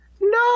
No